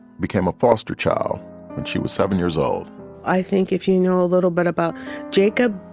became a foster child when she was seven years old i think if you know a little bit about jacob,